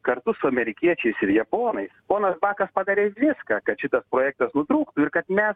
kartu su amerikiečiais ir japonais ponas bakas padarė viską kad šitas projektas nutrūktų ir kad mes